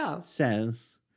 says